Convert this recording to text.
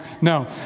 No